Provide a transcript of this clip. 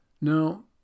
Now